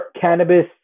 cannabis